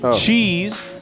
cheese